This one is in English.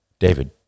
David